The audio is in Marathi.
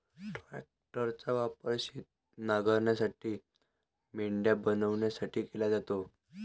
ट्रॅक्टरचा वापर शेत नांगरण्यासाठी, मेंढ्या बनवण्यासाठी केला जातो